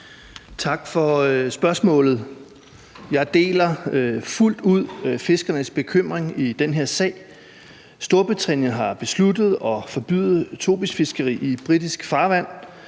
Tak for spørgsmålet. Jeg deler fuldt ud fiskernes bekymring i den her sag. Storbritannien har besluttet at forbyde tobisfiskeri i britisk farvand.